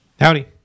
Howdy